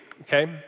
okay